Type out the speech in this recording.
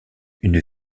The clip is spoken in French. une